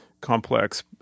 complex